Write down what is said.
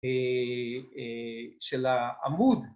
‫של העמוד.